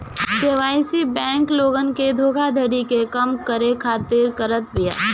KYC bank लोगन के धोखाधड़ी के कम करे खातिर करत बिया